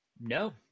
No